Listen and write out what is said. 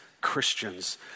Christians